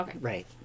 right